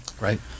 right